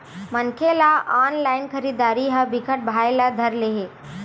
मनखे ल ऑनलाइन खरीदरारी ह बिकट भाए ल धर ले हे